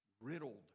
riddled